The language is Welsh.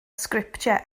sgriptiau